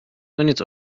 koniec